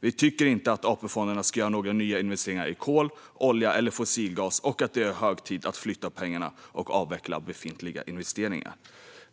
Vi tycker inte att AP-fonderna ska göra några nya investeringar i kol, olja eller fossilgas. Det är hög tid att flytta pengarna och avveckla befintliga investeringar.